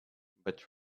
but